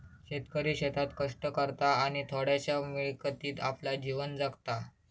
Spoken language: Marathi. शेतकरी शेतात कष्ट करता आणि थोड्याशा मिळकतीत आपला जीवन जगता